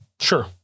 Sure